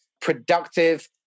productive